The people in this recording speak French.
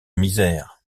misère